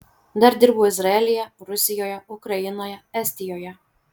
dar dirbau izraelyje rusijoje ukrainoje estijoje